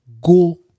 go